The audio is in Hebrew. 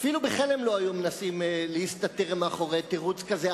אפילו בחלם לא היו מנסים להסתתר מאחורי תירוץ כזה.